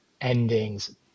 endings